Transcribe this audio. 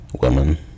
Women